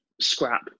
scrap